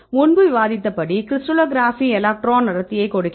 முன்பு விவாதித்தபடி crystallography electron அடர்த்தியைக் கொடுக்கிறது